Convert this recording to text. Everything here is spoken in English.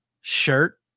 shirt